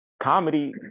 Comedy